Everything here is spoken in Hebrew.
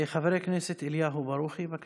חבר הכנסת אליהו ברוכי, בבקשה.